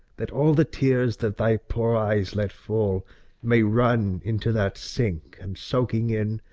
that all the tears that thy poor eyes let fall may run into that sink and, soaking in,